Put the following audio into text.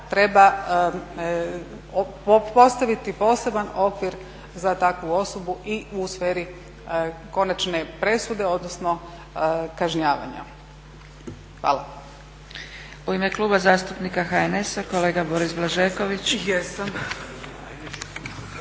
treba postaviti poseban okvir za takvu osobu i u sferi konačne presude, odnosno kažnjavanja. Hvala.